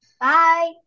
Bye